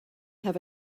have